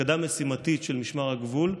מפקדה משימתית של משמר הגבול,